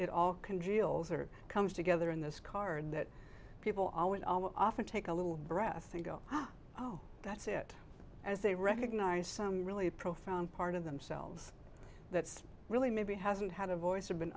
it all congeals or comes together in this card that people always often take a little breath and go oh that's it as they recognise some really profound part of themselves that really maybe hasn't had a voice or been